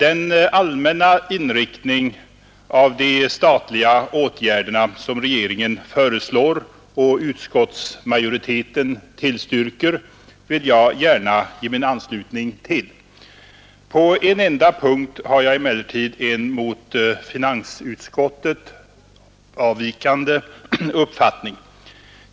Den allmänna inriktning av de statliga åtgärderna som regeringen föreslår och utskottsmajoriteten tillstyrker vill jag gärna ge min anslutning till. ; På en enda punkt har jag emellertid en mot finansutskottet avvikande uppfattning.